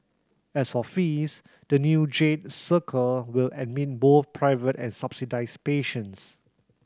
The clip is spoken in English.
as for fees the new Jade Circle will admit both private and subsidised patients